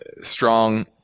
strong